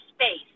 space